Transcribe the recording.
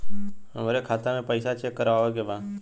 हमरे खाता मे पैसा चेक करवावे के बा?